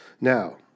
Now